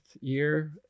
year